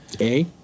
A-